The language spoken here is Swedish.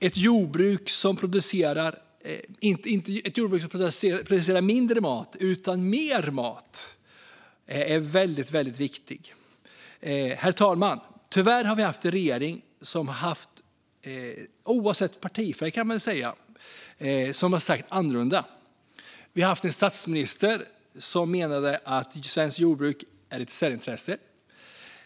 Ett jordbruk som inte producerar mindre mat utan mer mat är väldigt viktigt. Herr talman! Tyvärr har vi haft regeringar, oavsett partifärg, som har sagt annorlunda. Vi har haft en statsminister som menade att svenskt jordbruk var ett särintresse.